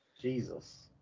Jesus